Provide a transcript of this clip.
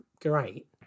great